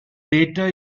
later